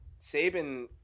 Saban